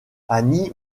annie